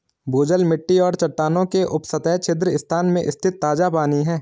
भूजल मिट्टी और चट्टानों के उपसतह छिद्र स्थान में स्थित ताजा पानी है